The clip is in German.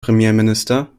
premierminister